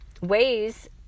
ways